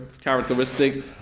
characteristic